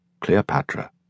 Cleopatra